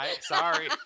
sorry